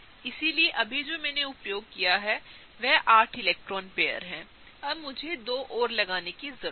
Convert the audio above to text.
इसलिए अभी जो मैंने उपयोग किया है वह 8 इलेक्ट्रॉन पेयर हैं अब मुझे दो और लगाने की जरूरत है